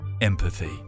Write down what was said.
Empathy